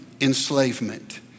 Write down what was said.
enslavement